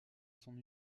son